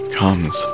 comes